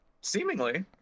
seemingly